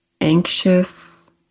anxious